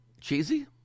Cheesy